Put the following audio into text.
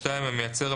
(2)המייצר,